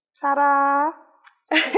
Ta-da